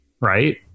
Right